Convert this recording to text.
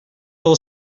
del